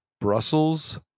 Brussels